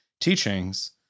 teachings